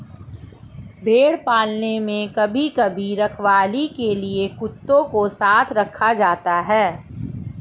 भेड़ पालन में कभी कभी रखवाली के लिए कुत्तों को साथ रखा जाता है